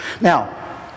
Now